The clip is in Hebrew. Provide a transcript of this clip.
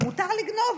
מותר לגנוב.